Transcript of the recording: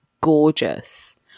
gorgeous